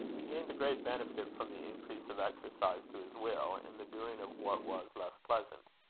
he gained a great benefit from the increase of exercise to his will, in the doing of what was less pleasant.